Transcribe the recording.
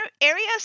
areas